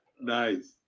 Nice